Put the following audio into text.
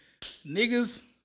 niggas